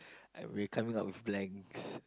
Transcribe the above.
we coming up with blanks